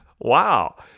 Wow